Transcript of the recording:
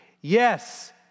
Yes